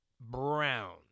Brown